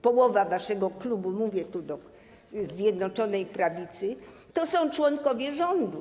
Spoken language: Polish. Połowa waszego klubu, mówię tu do Zjednoczonej Prawicy, to są członkowie rządu.